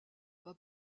pas